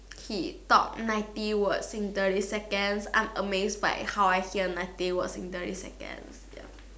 he talk ninety words in thirty seconds I'm amazed by how I hear ninety words in thirty seconds ya